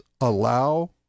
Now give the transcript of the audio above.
allow